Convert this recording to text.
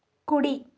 కుడి